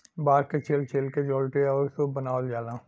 बांस के छील छील के डोल्ची आउर सूप बनावल जाला